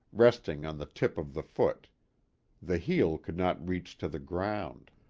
resting on the tip of the foot the heel could not reach to the ground.